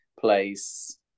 place